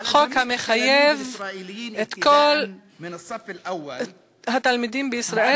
חוק המחייב את כל התלמידים בישראל,